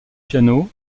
piano